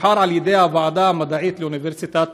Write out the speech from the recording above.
שנבחר על ידי הוועדה המדעית לאוניברסיטת